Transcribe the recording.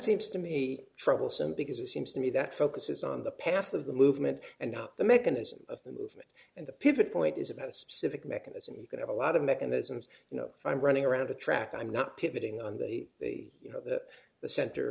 seems to me troublesome because it seems to me that focuses on the path of the movement and not the mechanism of the movement and the pivot point is about a specific mechanism you can have a lot of mechanisms you know if i'm running around a track i'm not pivoting on the you know the the center